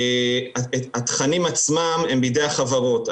התכנים עצמם הם בידי החברות.